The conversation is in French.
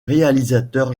réalisateur